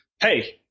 hey